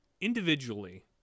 Individually